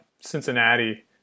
Cincinnati